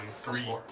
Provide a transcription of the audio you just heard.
three